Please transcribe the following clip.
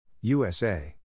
USA